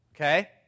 Okay